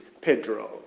Pedro